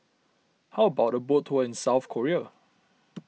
how about a boat tour in South Korea